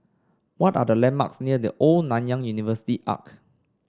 what are the landmarks near The Old Nanyang University Arch